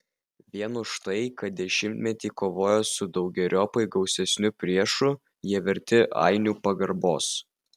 vien už tai kad dešimtmetį kovojo su daugeriopai gausesniu priešu jie verti ainių pagarbos